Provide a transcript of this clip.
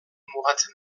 mugatzen